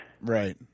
Right